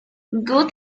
god